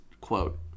quote